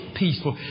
peaceful